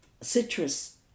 citrus